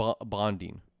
bonding